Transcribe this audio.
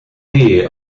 dear